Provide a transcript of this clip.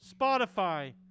Spotify